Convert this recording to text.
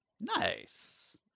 Nice